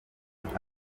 afite